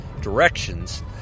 directions